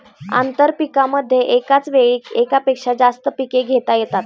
आंतरपीकांमध्ये एकाच वेळी एकापेक्षा जास्त पिके घेता येतात